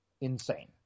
insane